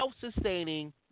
self-sustaining